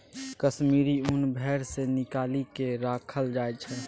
कश्मीरी ऊन भेड़ सँ निकालि केँ राखल जाइ छै